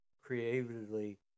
creatively